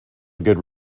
good